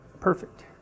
perfect